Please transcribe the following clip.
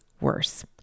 worse